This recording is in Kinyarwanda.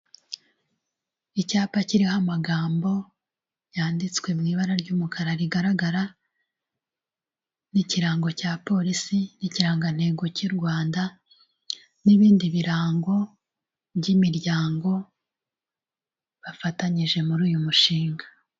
Icyapa kiriho amagambo yanditswe mu ibara ry'umukara rigaragara, n'ikirango cya polisi, n'ikirangantego cy'u Rwanda, n'ibindi birango by'imiryango bafatanyije muri uyu mushinga.